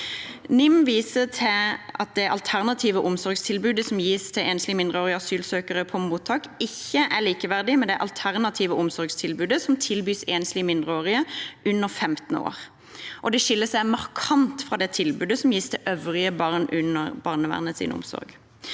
NIM viser til at det alternative omsorgstilbudet som gis til enslige mindreårige asylsøkere på mottak, ikke er likeverdig med det alternative omsorgstilbudet som tilbys enslige mindreårige under 15 år. Det skiller seg markant fra det tilbudet som gis til øvrige barn under barnevernets omsorg.